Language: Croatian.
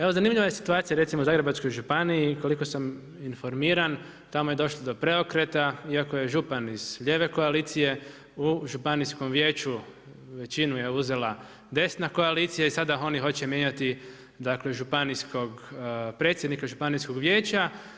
Evo zanimljiva je situacija recimo u Zagrebačkoj županiji, koliko sam informiran, tamo je došlo do preokreta, iako je župan iz lijeve koalicije, u županijskom vijeću većinu je uzela desna koalicija i sada oni hoće mijenjati predsjednika županijskog vijeća.